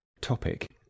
topic